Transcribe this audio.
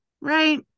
right